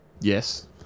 Yes